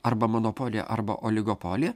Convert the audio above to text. arba monopolija arba oligopolija